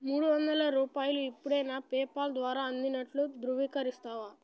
మూడు వందల రూపాయలు ఇప్పుడే నా పేపాల్ ద్వారా అందినట్లు ధృవీకరిస్తావా